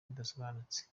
bidasobanutse